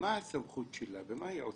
מה הסמכות שלה, במה היא עוסקת?